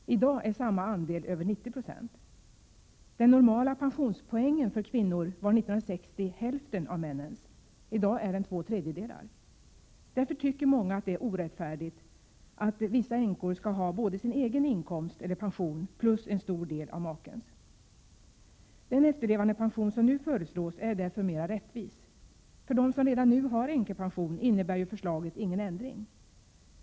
I dag är samma andel över 90 96. Den normala pensionspoängen för kvinnor var 1960 hälften av männens. I dag är den två tredjedelar. Därför tycker många att det är orättfärdigt att vissa änkor skall ha både sin egen inkomst eller pension plus en stor del av makens. Den efterlevandepension som nu föreslås är därför mera rättvis. För dem som redan nu har änkepension innebär förslaget ingen ändring.